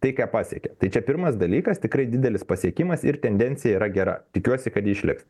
tai ką pasiekė tai čia pirmas dalykas tikrai didelis pasiekimas ir tendencija yra gera tikiuosi kad ji išliks